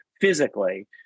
physically